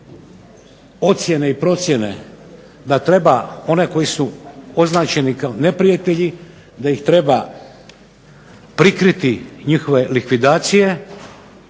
ocjene i procjene da treba one koji su označeni kao neprijatelji da ih treba prikriti njihove likvidacije,